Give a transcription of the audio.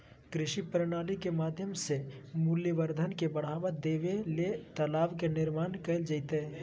कृषि प्रणाली के माध्यम से मूल्यवर्धन के बढ़ावा देबे ले तालाब के निर्माण कैल जैतय